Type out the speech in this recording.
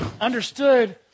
understood